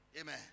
Amen